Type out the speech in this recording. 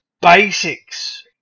basics